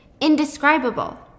Indescribable